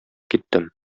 киттем